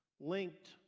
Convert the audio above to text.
linked